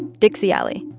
dixie alley,